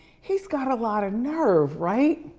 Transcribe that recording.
he's got a lot of nerve, right?